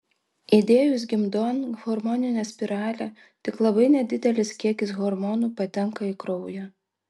įdėjus gimdon hormoninę spiralę tik labai nedidelis kiekis hormonų patenka į kraują